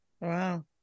Wow